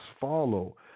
follow